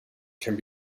can